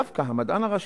דווקא המדען הראשי,